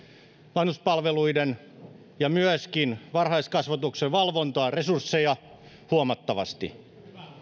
vanhuspalveluiden ja myöskin varhaiskasvatuksen valvontaan resursseja huomattavasti